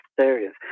areas